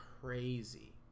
crazy